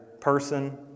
person